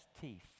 teeth